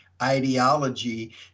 ideology